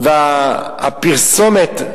והפרסומת,